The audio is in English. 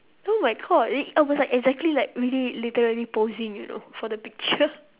oh my god l~ I was like exactly like really literally posing you know for the picture